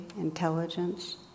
intelligence